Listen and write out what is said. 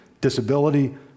disability